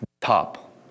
top